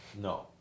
No